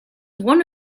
one